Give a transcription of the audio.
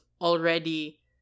already